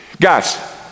Guys